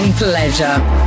Pleasure